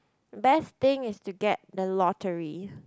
best thing is to get the lottery